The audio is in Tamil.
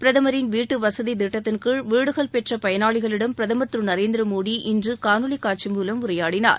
பிரதமரின் வீட்டுவசதி திட்டத்தின்கீழ் வீடுகள் பெற்ற பயனாளிகளிடம் பிரதமர் திரு நரேந்திர மோடி இன்று காணொலி காட்சி மூலம் உரையாடினார்